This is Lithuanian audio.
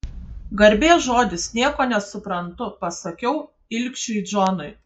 garbės žodis nieko nesuprantu pasakiau ilgšiui džonui